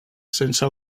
sense